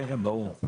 כן, כן, ברור.